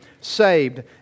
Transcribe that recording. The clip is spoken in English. saved